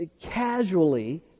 casually